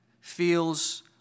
feels